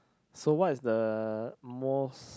so what is the most